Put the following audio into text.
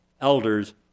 elders